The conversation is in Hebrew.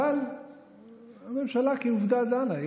אבל הממשלה, כעובדה, דנה.